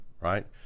right